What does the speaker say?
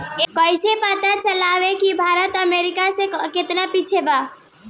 ऐइसे पता चलेला कि भारत अबही अमेरीका से केतना पिछे बा